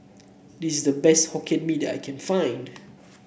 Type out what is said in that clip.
this is the best Hokkien Mee that I can find